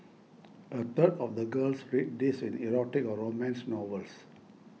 a third of the girls read these in erotic or romance novels